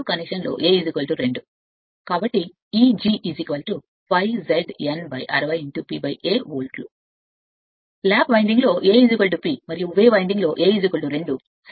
కాబట్టి E g ∅ Z N 60 P A వోల్ట్లు lap winding A P కోసం మరియు వేవ్ వైండింగ్ A 2 కోసం